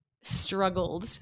struggled